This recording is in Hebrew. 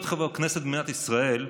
להיות חבר כנסת במדינת ישראל,